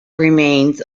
remains